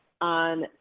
on